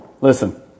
Listen